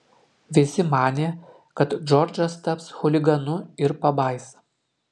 visi manė kad džordžas taps chuliganu ir pabaisa